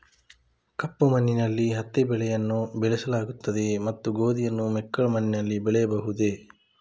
ಕಪ್ಪು ಮಣ್ಣಿನಲ್ಲಿ ಹತ್ತಿ ಬೆಳೆಯನ್ನು ಬೆಳೆಸಲಾಗುತ್ತದೆಯೇ ಮತ್ತು ಗೋಧಿಯನ್ನು ಮೆಕ್ಕಲು ಮಣ್ಣಿನಲ್ಲಿ ಬೆಳೆಯಬಹುದೇ?